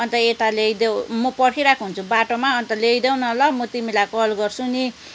अन्त यता ल्याइदेऊ म पर्खिरहेको हुन्छु बाटोमा अन्त ल्याइदेऊ न ल म तिमीलाई कल गर्छु नि